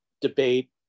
debate